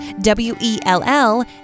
W-E-L-L